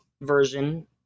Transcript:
version